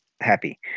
happy